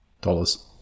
Dollars